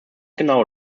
genau